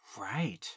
Right